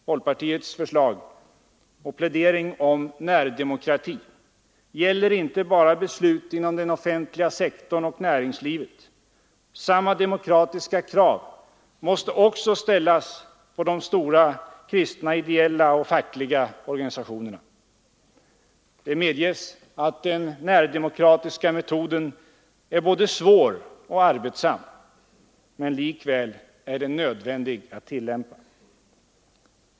Folkpartiets förslag och plädering om närdemokrati gäller inte bara beslut inom den offentliga sektorn och näringslivet. Samma demokratiska krav måste också ställas på de stora kristna, ideella och fackliga organisationerna. Det medges att den närdemokratiska metoden är både svår och arbetsam, men likväl är den nödvändig att tillämpa.